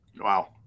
Wow